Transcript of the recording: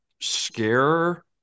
scare